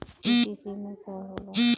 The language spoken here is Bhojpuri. सी.सी सीमा का होला?